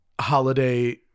holiday